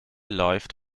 läuft